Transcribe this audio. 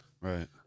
Right